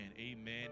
amen